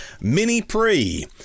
mini-pre